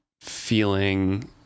feeling